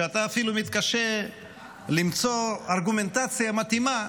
שאתה אפילו מתקשה למצוא ארגומנטציה מתאימה.